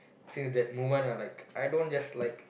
since that moment I'm like I don't just like